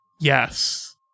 Yes